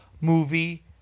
movie